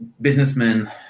businessmen